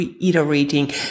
Iterating